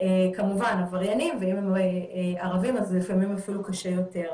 כמובן עבריינים ואם הם ערבים אז לפעמים זה אפילו קשה יותר.